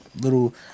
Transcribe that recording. little